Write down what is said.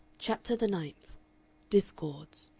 chapter the ninth discords